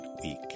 week